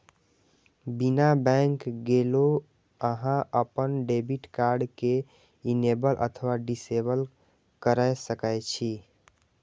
बिना बैंक गेलो अहां अपन डेबिट कार्ड कें इनेबल अथवा डिसेबल कैर सकै छी